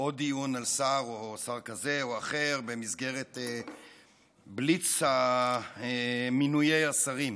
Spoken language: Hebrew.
עוד דיון על שר או שר כזה או אחר במסגרת בליץ מינויי השרים.